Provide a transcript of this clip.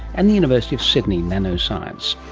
and the university of sydney. nano science.